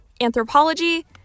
anthropology